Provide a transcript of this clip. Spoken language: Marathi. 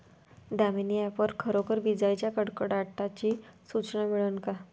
दामीनी ॲप वर खरोखर विजाइच्या कडकडाटाची सूचना मिळन का?